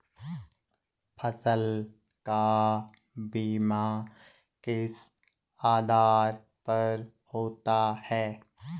फसल का बीमा किस आधार पर होता है?